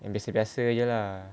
yang biasa-biasa jer lah